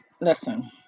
listen